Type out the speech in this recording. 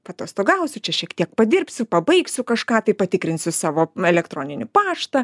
paatostogausiu čia šiek tiek padirbsiu pabaigsiu kažką tai patikrinsiu savo elektroninį paštą